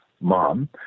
mom